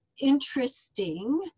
interesting